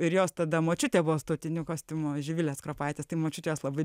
ir jos tada močiutė buvo su tautiniu kostiumu živilės kropaitės tai močiutės labai